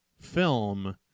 film